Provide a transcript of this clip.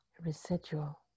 residual